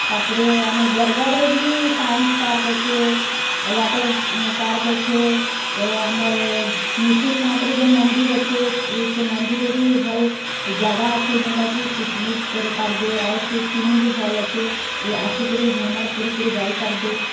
ତା'ପରେ ଆମର୍ ବର୍ଗଡ଼୍ରେ ବି ସାଇନ୍ସ ପାର୍କ୍ ଅଛେ ୱାଟର୍ ପାର୍କ୍ ଅଛେ ଆମର୍ ନୃର୍ସିଂହନାଥ୍ରେ ଯେନ୍ ମନ୍ଦିର୍ ଅଛେ ସେ ସେ ମନ୍ଦିର୍ରେ ବି ଭଲ୍ ଜାଗା ଅଛେ ଯେନ୍ଟାକି ପିକ୍ନିକ୍ କରିପାର୍ବେ ଆଉ ସେ ସିନ୍ ବି ଭଲ୍ ଅଛେ ଆସିକରି ଭ୍ରମଣ କରିକରି ଯାଇପାର୍ବେ